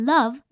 Love